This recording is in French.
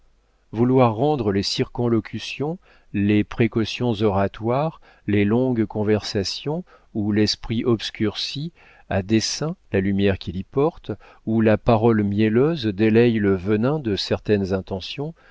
vouloir rendre les circonlocutions les précautions oratoires les longues conversations où l'esprit obscurcit à dessein la lumière qu'il y porte où la parole mielleuse délaie le venin de certaines intentions